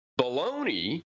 baloney